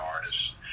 artists